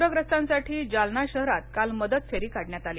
पूरग्रस्तांसाठी जालना शहरात काल मदत फेरी काढण्यात आली